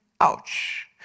Ouch